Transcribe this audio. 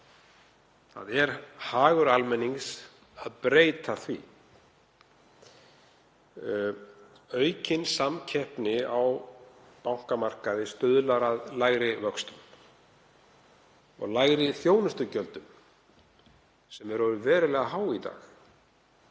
Það er hagur almennings að breyta því. Aukin samkeppni á bankamarkaði stuðlar að lægri vöxtum og lægri þjónustugjöldum sem eru verulega há í dag